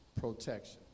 protection